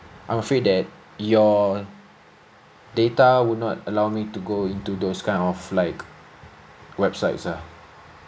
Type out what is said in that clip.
I'm afraid that your data would not allow me to go into those kind of like websites ah